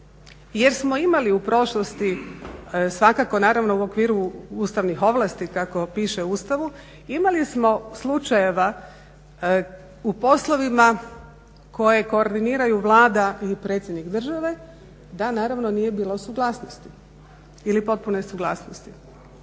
Jer smo imali u prošlosti svakako naravno u okviru ustavnih ovlasti kako piše u Ustavu imali smo slučajeva u poslovima koje koordiniraju Vlada i predsjednik Države da naravno nije bilo suglasnosti ili potpune suglasnosti.